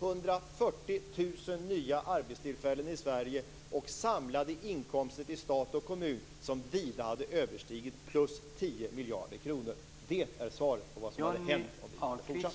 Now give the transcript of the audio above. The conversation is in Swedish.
140 000 nya arbetstillfällen i Sverige och samlade inkomster till stat och kommun som vida hade överstigit 10 miljarder kronor. Det är svaret på vad som hade hänt om utvecklingen hade fortsatt.